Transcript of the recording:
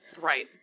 Right